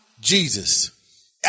Jesus